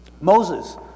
Moses